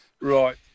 right